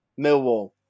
Millwall